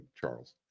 Charles